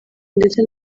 ndetse